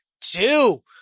two